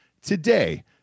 today